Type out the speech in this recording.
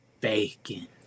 bacon